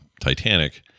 titanic